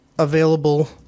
Available